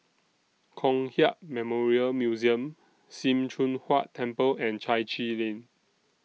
Kong Hiap Memorial Museum SIM Choon Huat Temple and Chai Chee Lane